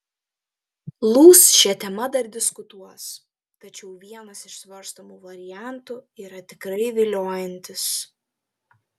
lūs šia tema dar diskutuos tačiau vienas iš svarstomų variantų yra tikrai viliojantis